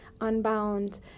unbound